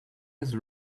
his